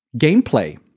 gameplay